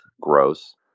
gross